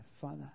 Father